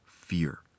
fear